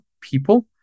people